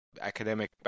academic